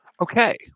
Okay